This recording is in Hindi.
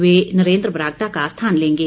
वह नरेंद्र बरागटा का स्थान लेंगे